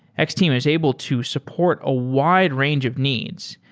x-team is able to support a wide range of needs.